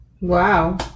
Wow